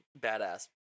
badass